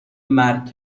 مرگ